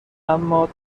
اما